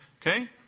Okay